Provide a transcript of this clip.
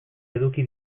eduki